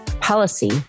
policy